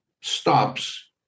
stops